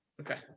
Okay